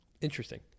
Interesting